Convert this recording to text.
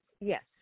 Yes